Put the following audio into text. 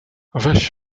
weź